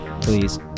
Please